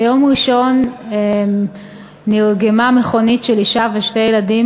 ביום ראשון נרגמה מכונית של אישה ושני ילדים